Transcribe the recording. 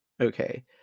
Okay